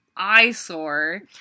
eyesore